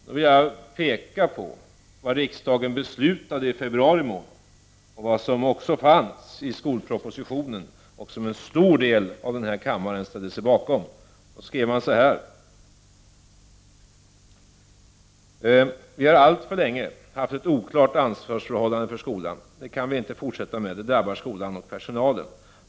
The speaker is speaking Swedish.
Låt mig peka på vad riksdagen beslöt i februari månad och vad som fanns med i skolpropositionen, vilken en stor del av kammarens ledamöter ställde sig bakom. Så här skrev man: ”Vi har alltför länge haft ett oklart ansvarsförhållande för skolan. Det kan vi inte forffätta med. Det drabbar skolan och personalen.